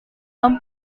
tom